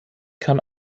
kann